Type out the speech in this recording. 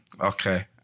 Okay